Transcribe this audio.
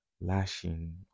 lashing